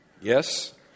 Yes